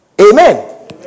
Amen